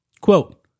Quote